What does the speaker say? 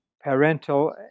parental